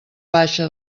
baixa